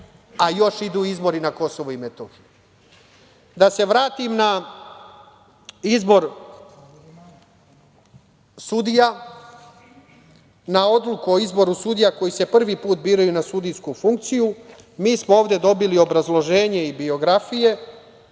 a još idu izbori na KiM.Da se vratim na izbor sudija, na odluku o izboru sudija koji se prvi put biraju na sudijsku funkciju. Mi smo ovde dobili obrazloženje i biografije. Želeo